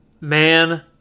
Man